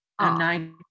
Nine